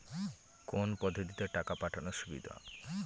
কোন পদ্ধতিতে টাকা পাঠানো সুবিধা?